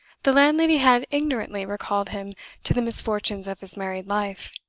the landlady had ignorantly recalled him to the misfortunes of his married life.